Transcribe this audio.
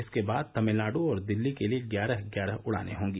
इसके बाद तमिलनाड़ और दिल्ली के लिए ग्यारह ग्याराह उड़ानें होंगी